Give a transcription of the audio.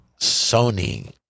sony